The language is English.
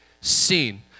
seen